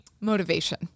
motivation